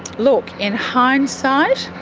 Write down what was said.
look in hindsight,